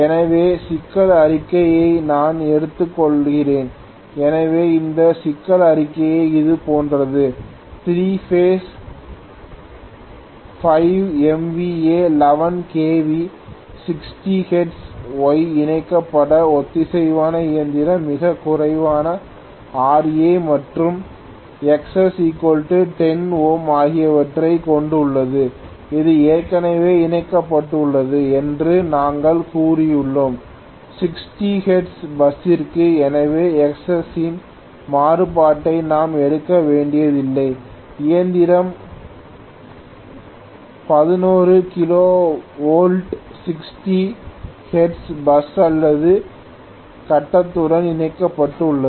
எனவே சிக்கல் அறிக்கையை நான் எடுத்துக்கொள்கிறேன் எனவே இந்த சிக்கல் அறிக்கை இது போன்றது 3 phase 5 MVA 11 kV 60 hertz Y இணைக்கப்பட்ட ஒத்திசைவான இயந்திரம் மிகக் குறைவான Ra மற்றும் Xs 10 ஓம் ஆகியவற்றைக் கொண்டுள்ளது இது ஏற்கனவே இணைக்கப்பட்டுள்ளது என்று நாங்கள் கூறியுள்ளோம் 60 ஹெர்ட்ஸ் பஸ் ஸுக்கு எனவே Xs ஸின் மாறுபாட்டை நாம் எடுக்க வேண்டியதில்லை இயந்திரம் 11 kV 60 ஹெர்ட்ஸ் பஸ் அல்லது கட்டத்துடன் இணைக்கப்பட்டுள்ளது